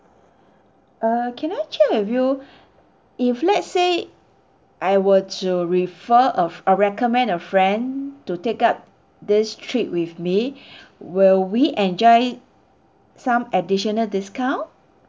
uh can I check with you if let's say I were to refer of I recommend a friend to take up this trip with me will we enjoy some additional discount